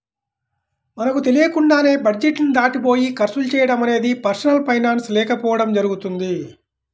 మనకు తెలియకుండానే బడ్జెట్ ని దాటిపోయి ఖర్చులు చేయడం అనేది పర్సనల్ ఫైనాన్స్ లేకపోవడం జరుగుతుంది